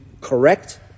correct